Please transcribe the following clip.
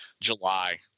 July